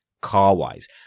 car-wise